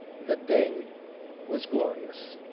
the day was glorious.